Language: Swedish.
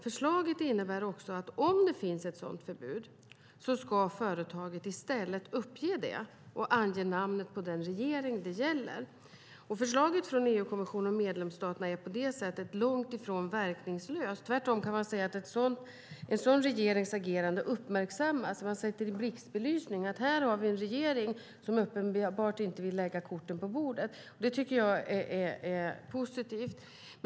Förslaget innebär också att om det finns ett sådant förbud ska företaget i stället uppge det och ange namnet på den regering det gäller. Förslaget från EU-kommissionen om medlemsstaterna är på det sättet långt ifrån verkningslöst. Tvärtom kan man säga att en sådan regerings agerande uppmärksammas. Man sätter i blixtbelysning att vi här har en regering som uppenbart inte vill lägga korten på bordet. Det tycker jag är positivt.